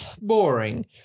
boring